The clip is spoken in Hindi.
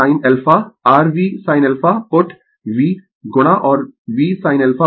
r V sin α put v ' गुणा और V sin α v '